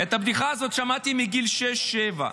את הבדיחה הזאת שמעתי בגיל שש, שבע.